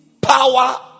power